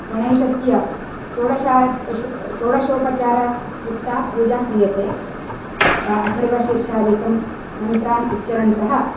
गणेशस्य षोडश षोडशोपचारयुक्ता पूजा क्रियते अथर्वशीर्षादिकं मन्त्रान् उच्चरन्तः